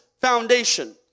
foundation